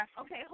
okay